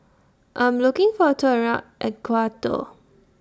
I'm looking For A Tour around Ecuador